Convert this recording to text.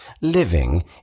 Living